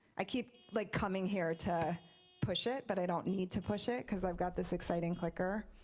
i keep like coming here to push it, but i don't need to push it because i've got this exciting clicker.